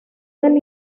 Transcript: del